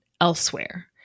elsewhere